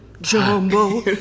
Jumbo